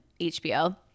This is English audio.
HBO